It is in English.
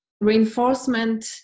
reinforcement